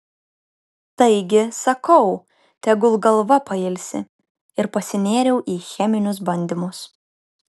taigi sakau tegul galva pailsi ir pasinėriau į cheminius bandymus